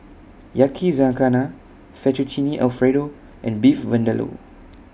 Yakizakana Fettuccine Alfredo and Beef Vindaloo